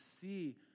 see